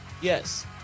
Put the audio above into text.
yes